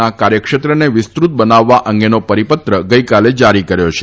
ના કાર્યક્ષેત્રને વિસ્તૃત બનાવવા અંગેનો પરિપત્ર ગઇકાલે જારી કર્યો છે